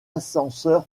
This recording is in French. ascenseur